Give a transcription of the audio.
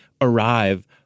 arrive